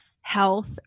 health